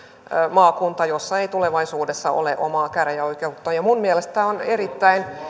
maakunta jossa ei tulevaisuudessa ole omaa käräjäoikeutta minun mielestäni tämä on erittäin